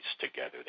together